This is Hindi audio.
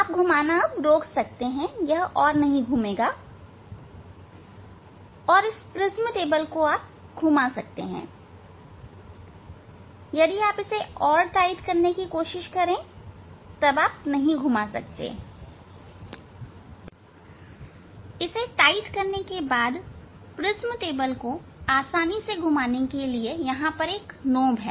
आप घुमाना रोक सकते हैं यह और नहीं घूमेगा और इस प्रिज्म टेबल को आप घुमा सकते हैं अब यदि आप इसे और टाइट दें तब आप नहीं घुमा सकते इसे टाइट करने के बाद प्रिज्म टेबल को आसानी से घुमाने के लिए यहां एक नॉब है